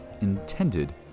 Intended